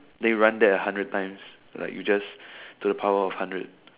then you run that a hundred time like you just to the power of hundred